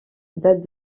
date